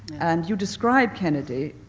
and you describe kennedy,